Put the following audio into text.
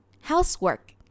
housework